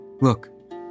Look